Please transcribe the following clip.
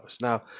now